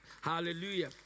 Hallelujah